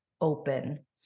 open